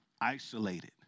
isolated